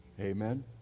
Amen